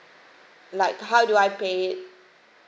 like how do I pay it